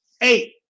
Eight